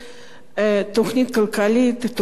תוכנית כלכלית, תוכנית חירום.